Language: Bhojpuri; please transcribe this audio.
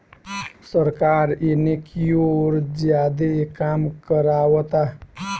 सरकार एने कियोर ज्यादे काम करावता